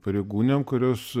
pareigūnėm kurios